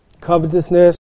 covetousness